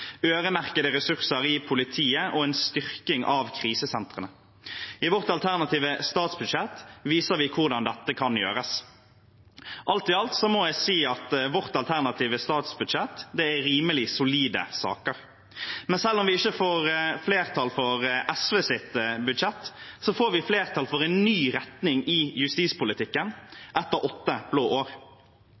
øremerkede ressurser i politiet og en styrking av krisesentrene. I vårt alternative statsbudsjett viser vi hvordan dette kan gjøres. Alt i alt må jeg si at vårt alternative statsbudsjett er rimelig solide saker. Selv om vi ikke får flertall for SVs budsjett, får vi flertall for en ny retning i justispolitikken etter åtte blå år.